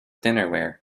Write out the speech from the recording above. dinnerware